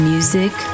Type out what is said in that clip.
Music